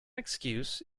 excuse